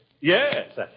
Yes